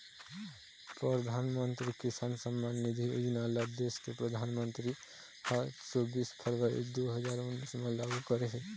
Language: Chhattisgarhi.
परधानमंतरी किसान सम्मान निधि योजना ल देस के परधानमंतरी ह चोबीस फरवरी दू हजार उन्नीस म लागू करे हे